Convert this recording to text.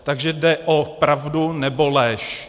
Takže jde o pravdu, nebo lež.